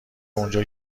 اونجا